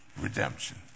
redemption